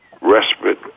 Respite